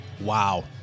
Wow